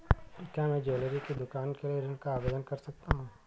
क्या मैं ज्वैलरी की दुकान के लिए ऋण का आवेदन कर सकता हूँ?